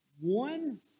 One